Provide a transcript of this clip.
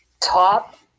top